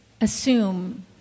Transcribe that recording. assume